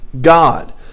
God